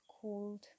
cold